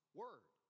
word